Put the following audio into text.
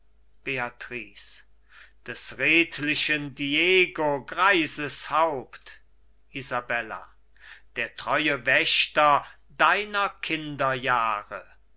des redlichen diego greises haupt isabella der treue wächter deiner